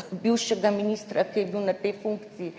bivšega ministra, ki je bil na tej funkciji